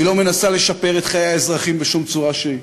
היא לא מנסה לשפר את חיי האזרחים בשום צורה שהיא,